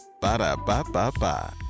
Ba-da-ba-ba-ba